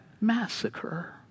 massacre